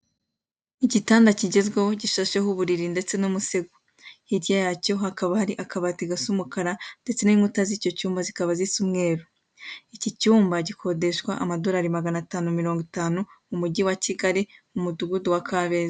Igitanda kigezweho gishasheho uburiri ndetse n'umusego. Hirya yacyo hari akabati k'umukara, ndetse n'inkuta z'umweru. Iki cyumba kiba gikodeshwa amadorari magana tanu na mirongo itanu mu mujyi wa Kigali i Kabeza.